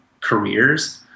careers